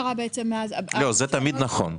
זה תמיד נכון.